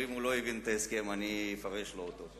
ואם הוא לא הבין את ההסכם אני אפרש לו אותו.